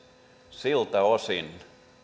siltä osin